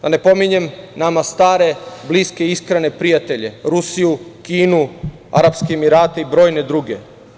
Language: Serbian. Da ne pominjem nama stare, bliske i iskrene prijatelje Rusiju, Kinu, Arapske Emirate i brojne druge.